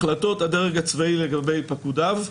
החלטות הדרג הצבאי לגבי פקודיו,